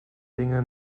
dinge